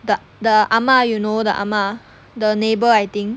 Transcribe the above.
the the ah ma you know the ah ma the neighbour I think